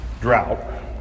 drought